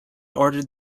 ordered